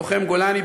לוחם גולני,